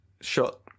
shot